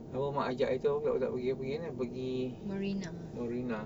apa mak ajak hari tu peri mana pergi marina